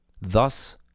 Thus